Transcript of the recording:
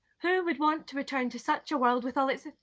who would want to return to such a world with all its